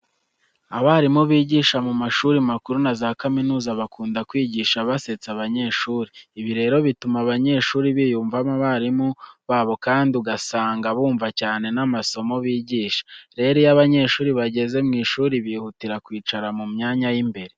Abarimu bigisha mu mashuri makuru na za kaminuza bakunda kwigisha basetsa abanyeshuri. Ibi rero bituma abanyeshuri biyumvamo abarimu babo kandi ugasanga bumva cyane n'amasomo babigisha. Rero iyo abanyeshuri bageze mu ishuri bihutira kwicara mu myanya y'imbere.